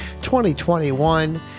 2021